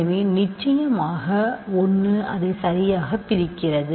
எனவே நிச்சயமாக 1 அதை சரியாகப் பிரிக்கிறது